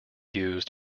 used